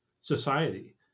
society